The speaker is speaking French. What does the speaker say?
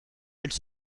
elles